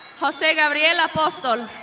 jose gabriel laposto.